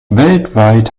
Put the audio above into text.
weltweit